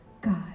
God